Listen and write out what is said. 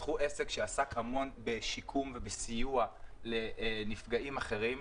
הם פתחו עסק שעסק המון בשיקום ובסיוע לנפגעים אחרים.